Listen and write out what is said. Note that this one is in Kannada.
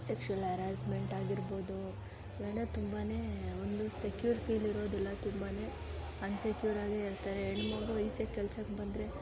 ಸೆಕ್ಷುವಲ್ ಅರಾಸ್ಮೆಂಟ್ ಆಗಿರ್ಬೋದು ಇಲ್ಲಂದರೆ ತುಂಬಾ ಒಂದು ಸೆಕ್ಯೂರ್ ಫೀಲ್ ಇರೋದಿಲ್ಲ ತುಂಬಾ ಅನ್ಸೆಕ್ಯೂರ್ ಆಗಿಯೇ ಇರ್ತಾರೆ ಹೆಣ್ಣು ಮಗು ಈಚೆಗೆ ಕೆಲ್ಸಕ್ಕೆ ಬಂದರೆ